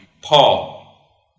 Paul